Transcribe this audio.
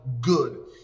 good